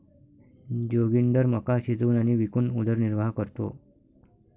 जोगिंदर मका शिजवून आणि विकून उदरनिर्वाह करतो